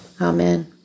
Amen